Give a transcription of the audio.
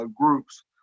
groups